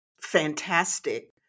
fantastic